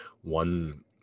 One